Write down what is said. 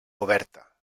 oberta